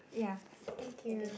ya thank you